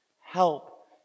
Help